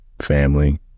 family